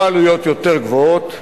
פה העלויות יותר גבוהות,